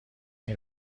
این